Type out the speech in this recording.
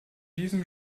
diesem